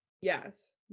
Yes